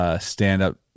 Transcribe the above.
stand-up